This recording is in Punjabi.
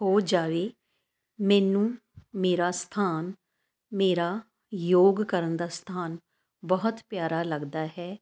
ਹੋ ਜਾਵੇ ਮੈਨੂੰ ਮੇਰਾ ਸਥਾਨ ਮੇਰਾ ਯੋਗ ਕਰਨ ਦਾ ਸਥਾਨ ਬਹੁਤ ਪਿਆਰਾ ਲੱਗਦਾ ਹੈ